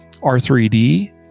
R3D